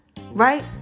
Right